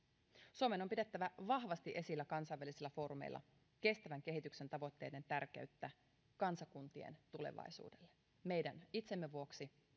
suomen on pidettävä vahvasti esillä kansainvälisillä foorumeilla kestävän kehityksen tavoitteiden tärkeyttä kansakuntien tulevaisuudelle meidän itsemme vuoksi